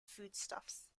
foodstuffs